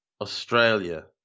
Australia